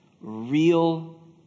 real